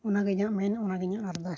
ᱚᱱᱟᱜᱮ ᱤᱧᱟᱹᱜ ᱢᱮᱱ ᱚᱱᱟ ᱜᱮ ᱤᱧᱟᱹᱜ ᱟᱨᱫᱟᱥ